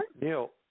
Neil